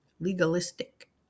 legalistic